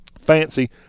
fancy